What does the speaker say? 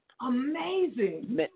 amazing